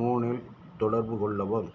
மூணில் தொடர்பு கொள்ளவும்